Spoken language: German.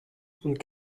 und